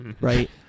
Right